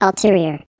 Ulterior